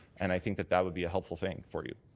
and i think that that would be a helpful thing for you.